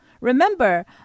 Remember